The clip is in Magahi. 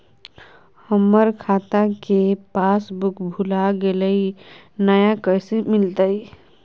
हमर खाता के पासबुक भुला गेलई, नया कैसे मिलतई?